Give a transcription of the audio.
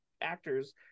actors